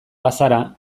bazara